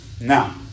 Now